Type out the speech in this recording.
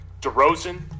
derozan